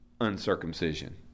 uncircumcision